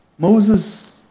Moses